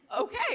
Okay